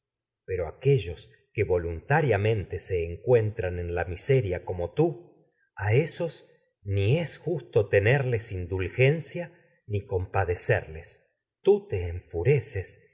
remedio que que voluntariamente a esos se encuentran en la miseria como tú ni es justo tenerles indulgencia ni com y no padecerles tú te enfureces